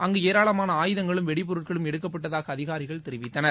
அங்கு ஏராளமான ஆயுதங்களும் வெடிபொருட்களும் எடுக்கப்பட்டதாக அதிகாரிகள் தெரிவித்தனர்